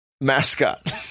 mascot